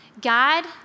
God